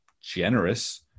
generous